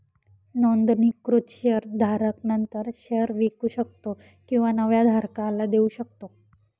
नोंदणीकृत शेअर धारक नंतर शेअर विकू शकतो किंवा नव्या धारकाला देऊ शकतो